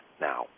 now